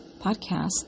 podcast